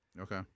Okay